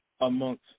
amongst